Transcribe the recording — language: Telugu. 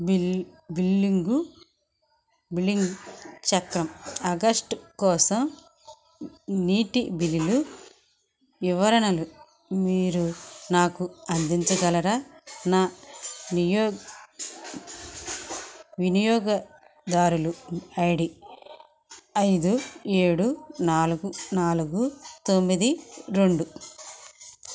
బిల్ బిల్లింగు బిల్లింగ్ చక్రం అగస్టు కోసం నీటి బిల్లులు వివరణలు మీరు నాకు అందించగలరా నా నియోగ్ వినియోగదారులు ఐడి ఐదు ఏడు నాలుగు నాలుగు తొమ్మిది రెండు